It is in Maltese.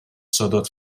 sodod